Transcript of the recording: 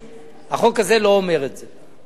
החוק הזה לא אומר את זה.